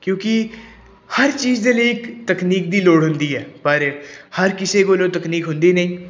ਕਿਉਂਕਿ ਹਰ ਚੀਜ਼ ਦੇ ਲਈ ਇਕ ਤਕਨੀਕ ਦੀ ਲੋੜ ਹੁੰਦੀ ਹੈ ਪਰ ਹਰ ਕਿਸੇ ਕੋਲ ਤਕਨੀਕ ਹੁੰਦੀ ਨਹੀਂ